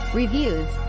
reviews